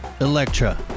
Electra